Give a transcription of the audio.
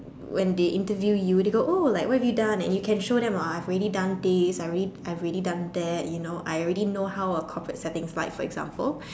when they interview you they go oh like what have you done and you can show them uh I've already done this I've already I've already done that you know I already know how a corporate setting is like for example